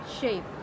shape